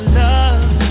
love